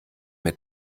mir